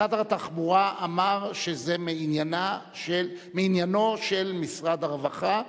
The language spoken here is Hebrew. שר התחבורה אמר שזה מעניינו של משרד הרווחה,